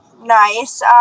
nice